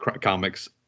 comics